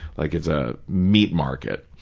like it's a meat market.